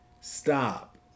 stop